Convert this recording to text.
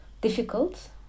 difficult